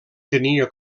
tenia